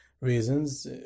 reasons